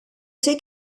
ser